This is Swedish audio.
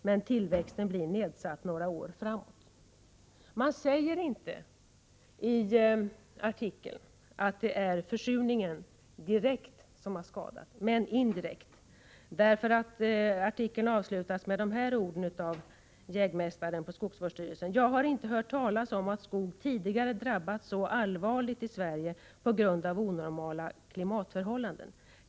Men tillväxten blir nedsatt några år framåt.” I artikeln sägs inte att det direkt är försurningen som har skadat skogen men väl indirekt. Artikeln avslutas nämligen med följande ord av jägmästaren på skogsvårdsstyrelsen: ”Jag har inte hört talas om att skog tidigare drabbats så allvarligt i Sverige på grund av onormala klimatförhållanden.